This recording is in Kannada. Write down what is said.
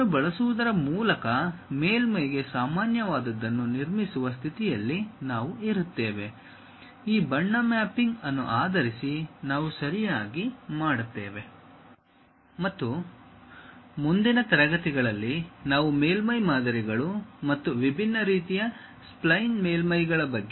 ಅದನ್ನು ಬಳಸುವುದರ ಮೂಲಕ ಮೇಲ್ಮೈ ಗೆ ಸಾಮಾನ್ಯವಾದದ್ದನ್ನು ನಿರ್ಮಿಸುವ ಸ್ಥಿತಿಯಲ್ಲಿ ನಾವು ಇರುತ್ತೇವೆ ಆ ಬಣ್ಣ ಮ್ಯಾಪಿಂಗ್ ಅನ್ನು ಆಧರಿಸಿ ನಾವು ಸರಿಯಾಗಿ ಮಾಡುತ್ತೇವೆ ಮತ್ತು ಮುಂದಿನ ತರಗತಿಗಳಲ್ಲಿ ನಾವು ಮೇಲ್ಮೈ ಮಾದರಿಗಳು ಮತ್ತು ವಿಭಿನ್ನ ರೀತಿಯ ಸ್ಪ್ಲೈನ್ ಮೇಲ್ಮೈ ಗಳ spline surfaces